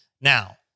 now